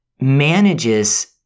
manages